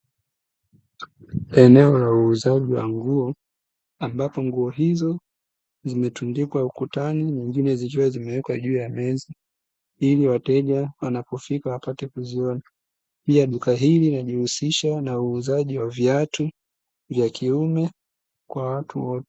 Eneo la uuzaji wa nguo ambapo nguo hizo zimetundikwa ukutani, nyingine zikiwa zimewekwa juu ya meza ili wateja wanapofika wapate kuziona. Pia duka hili linajihusisha na uuzaji wa viatu vya kiume kwa watu wote.